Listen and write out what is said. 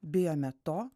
bijome to